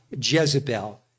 Jezebel